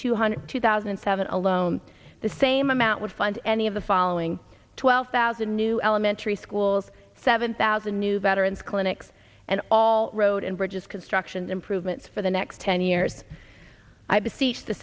two hundred two thousand and seven alone the same amount would fund any of the following twelve thousand new elementary schools seven thousand new veterans clinics and all road and bridges construction improvements for the next ten years i